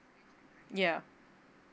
yeah